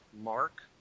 Mark